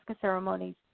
ceremonies